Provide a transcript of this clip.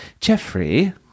Jeffrey